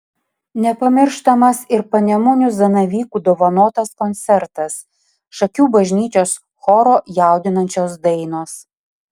nepamirštamas ir panemunių zanavykų dovanotas koncertas šakių bažnyčios choro jaudinančios dainos